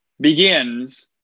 begins –